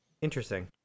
Interesting